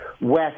West